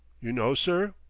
you know, sir.